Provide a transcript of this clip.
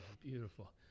Beautiful